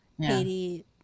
Haiti